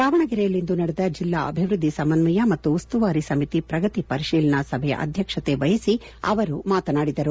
ದಾವಣಗೆರೆಯಲ್ಲಿಂದು ನಡೆದ ಜಿಲ್ಲಾ ಅಭಿವೃದ್ಧಿ ಸಮನ್ವಯ ಮತ್ತು ಉಸ್ತುವಾರಿ ಸಮಿತಿ ಪ್ರಗತಿ ಪರಿಶೀಲನಾ ಸಭೆಯ ಅಧ್ವಕ್ಷತೆ ವಹಿಸಿ ಅವರು ಮಾತನಾಡಿದರು